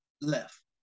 left